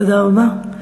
תודה רבה.